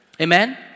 Amen